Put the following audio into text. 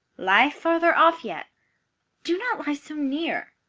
lie further off yet do not lie so near.